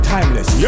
Timeless